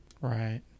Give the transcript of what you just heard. Right